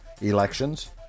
elections